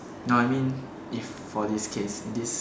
no I mean if for this case in this